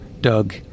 Doug